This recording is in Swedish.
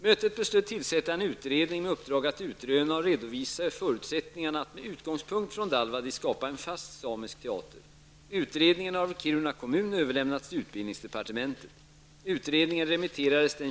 Mötet beslutade tillsätta en utredning med uppdrag att utröna och redovisa förutsättningarna att med utgångspunkt från Dalvadis skapa en fast samisk teater. Utredningen har av Kiruna kommun överlämnats till utbildningsdepartementet.